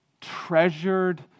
Treasured